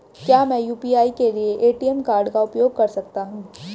क्या मैं यू.पी.आई के लिए ए.टी.एम कार्ड का उपयोग कर सकता हूँ?